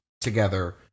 together